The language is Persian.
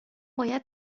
باید